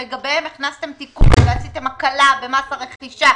שלגביהם הכנסתם תיקון ועשיתם הקלה במס הרכישה,